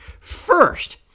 First